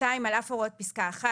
על אף הוראות פסקה (1),